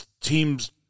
teams